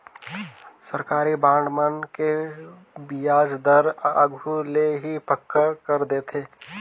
सरकारी बांड मन के बियाज दर आघु ले ही पक्का कर देथे